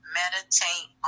meditate